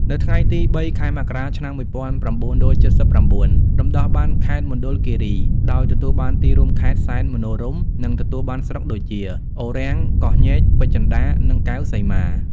នៅថ្ងៃទី ០៣ ខែមករា ឆ្នាំ ១៩៧៩ រំដោះបានខេត្តមណ្ឌលគិរី ដោយទទួលបានទីរួមខេត្ត សែនមនោរម្យ និងទទួលបានស្រុកដូចជា អូររាំង កោះញែក ពេជ្រចិន្តា និងកែវសីមា។